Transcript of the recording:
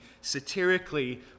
satirically